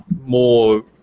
more